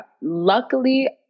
luckily